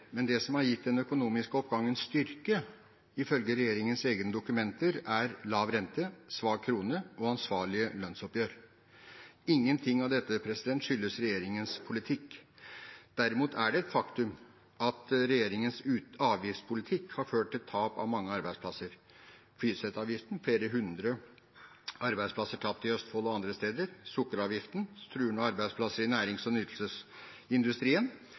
Men det som har gitt den økonomiske oppgangen styrke, ifølge regjeringens egne dokumenter, er lav rente, svak krone og ansvarlige lønnsoppgjør. Ingenting av dette skyldes regjeringens politikk. Derimot er det et faktum at regjeringens avgiftspolitikk har ført til tap av mange arbeidsplasser: Flyseteavgiften – flere hundre arbeidsplasser er tapt i Østfold og andre steder. Sukkeravgiften truer nå arbeidsplasser i nærings- og